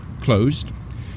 closed